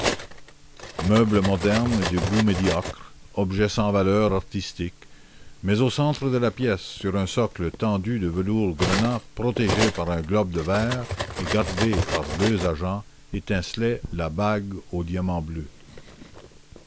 meubles modernes et de goût médiocre objets sans valeurs artistique mais au centre de la pièce sur un socle tendu de velours grenat protégée par un globe de verre et gardée par deux agents étincelait la bague au diamant bleu